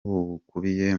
bukubiye